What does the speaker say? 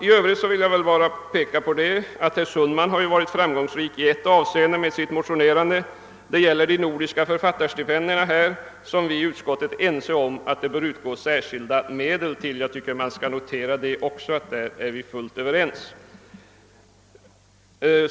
I övrigt vill jag bara påpeka att herr Sundman varit framgångsrik i ett avseende med sitt motionerande. Det gäller de nordiska författarstipendierna som vi i utskottet är ense om att det bör utgå särskilda medel till. Jag tycker man skall notera att vi där är fullt överens.